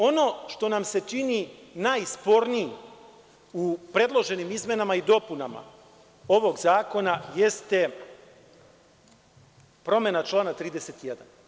Ono što nam se čini najspornijim u predloženim izmenama i dopunama ovog zakona, jeste promena člana 31.